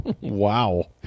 Wow